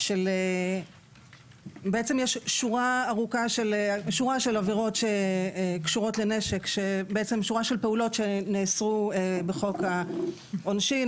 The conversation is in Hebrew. ויש שורה של פעולות שקשורות לנשק ונאסרו בחוק העונשין.